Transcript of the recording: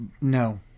No